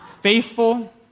Faithful